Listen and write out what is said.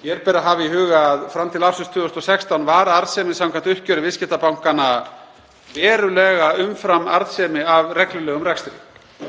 Hér ber að hafa í huga að fram til ársins 2016 var arðsemi samkvæmt uppgjöri viðskiptabankanna verulega umfram arðsemi af reglulegum rekstri.